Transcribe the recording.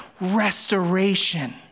restoration